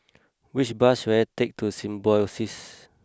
which bus should I take to Symbiosis